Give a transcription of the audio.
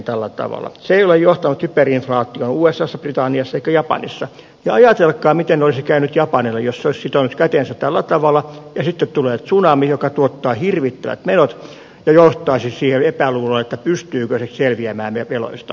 se ei ole johtanut hyperinflaatioon usassa britanniassa eikä japanissa ja ajatelkaa miten olisi käynyt japanille jos se olisi sitonut kätensä tällä tavalla ja sitten tulee tsunami joka tuottaa hirvittävät menot ja johtaisi siihen epäluuloon pystyykö japani selviämään veloistaan